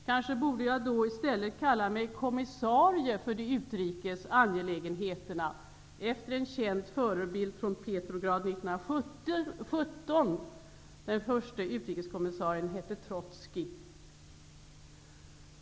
I så fall borde jag kanske i stället kalla mig för kommissarie för de utrikes angelägenheterna, efter känd förebild från Petrograd 1917, där den förste utrikeskommissarien hette Trotskij.